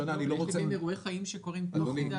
אירועי חיים שקורים תוך כדי התקופה.